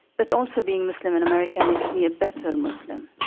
but also being muslim in america makes me a better muslim,